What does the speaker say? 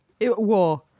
War